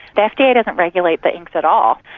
but fda doesn't regulate the inks at all.